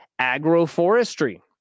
agroforestry